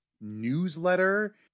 newsletter